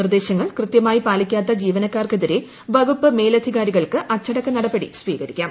നിർദ്ദേശുങ്ങൾ കൃതൃമായി പാലിക്കാത്ത ജീവനക്കാർക്കെതിരെ വ്കുപ്പ് മേലധികാരികൾക്ക് അച്ചടക്ക നടപടി സ്വീകരിക്കാം